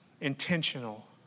intentional